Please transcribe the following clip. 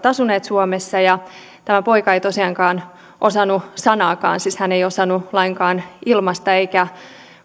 asuneet suomessa ja tämä poika ei sillä hetkellä tosiaankaan osannut puhua sanaakaan siis hän ei osannut lainkaan ilmaista eikä